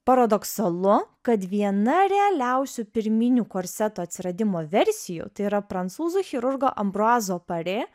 paradoksalu kad viena realiausių pirminių korseto atsiradimo versijų tai yra prancūzų chirurgo ambruazo parė